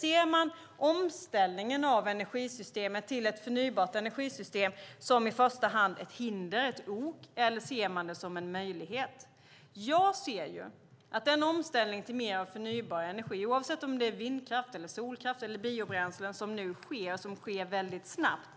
Ser man omställningen av energisystemet till ett förnybart energisystem som ett hinder, ett ok, i första hand eller ser man den som en möjlighet? Jag ser att den omställning till mer förnybar energi, oavsett om det är vindkraft, solkraft eller biobränslen, som nu sker väldigt snabbt